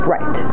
Right